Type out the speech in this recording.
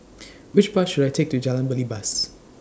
Which Bus should I Take to Jalan Belibas